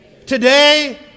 Today